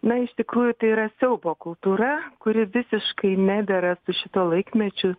na iš tikrųjų tai yra siaubo kultūra kuri visiškai nedera su šituo laikmečiu